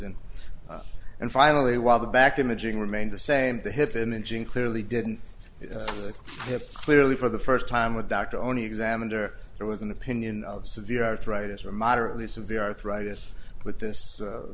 in and finally while the back imaging remained the same the hip imaging clearly didn't have clearly for the first time with dr only examined or there was an opinion of severe arthritis or moderately severe arthritis but this